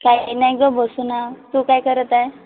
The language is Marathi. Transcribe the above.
काय नाही गं बसून आहे तू काय करत आहे